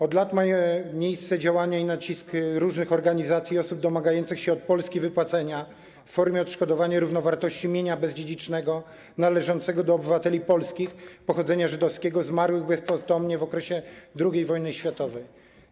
Od lat mają miejsce działania i naciski różnych organizacji i osób domagających się od Polski wypłacenia w formie odszkodowania równowartości mienia bezdziedzicznego należącego do obywateli polskich pochodzenia żydowskiego zmarłych bezpotomnie w okresie II wojny światowej.